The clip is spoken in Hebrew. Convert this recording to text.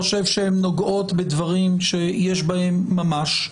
אני חושב שהן נוגעות בדברים שיש בהן ממש.